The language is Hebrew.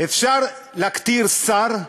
אפשר להכתיר שר,